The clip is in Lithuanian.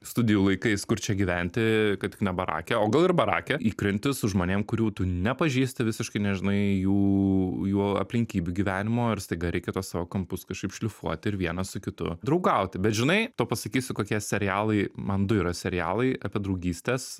studijų laikais kur čia gyventi kad tik ne barake o gal ir barake įkrenti su žmonėm kurių tu nepažįsti visiškai nežinai jų jų aplinkybių gyvenimo ir staiga reikia tuos savo kampus kažkaip šlifuoti ir vienas su kitu draugauti bet žinai tau pasakysiu kokie serialai man du yra serialai apie draugystes